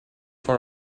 for